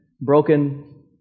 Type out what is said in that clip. broken